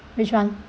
which one